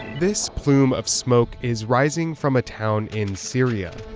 this plume of smoke is rising from a town in syria.